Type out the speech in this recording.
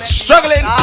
struggling